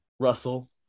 Russell